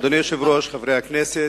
אדוני היושב-ראש, חברי הכנסת,